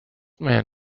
man